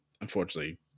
unfortunately